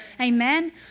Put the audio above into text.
Amen